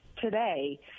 today